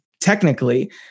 technically